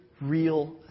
real